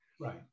right